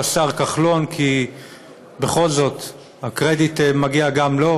השר כחלון כי בכל זאת הקרדיט מגיע גם לו,